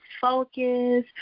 focus